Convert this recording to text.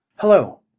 Hello